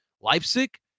Leipzig